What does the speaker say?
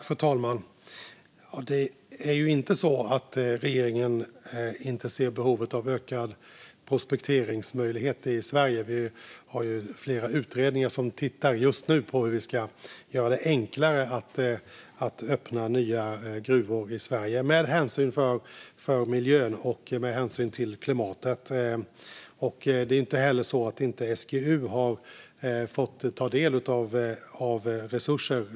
Fru talman! Det är inte så att regeringen inte ser behovet av ökade prospekteringsmöjligheter i Sverige. Vi har flera utredningar som just nu tittar på hur vi ska göra det enklare att öppna nya gruvor i Sverige med hänsyn till miljön och klimatet. Det är inte heller så att SGU inte har fått ta del av resurser.